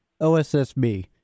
OSSB